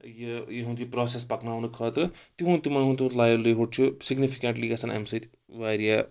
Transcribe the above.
یہِ یِہُنٛد یہِ پروسؠس پَکناونہٕ خٲطرٕ تِہُنٛد تِمَن ہُنٛد تُہُنٛد لایلی ہُڈ چھُ سِگنِفِکَنٛٹلی گَژھان اَمہِ سۭتۍ واریاہ